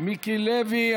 מיקי לוי.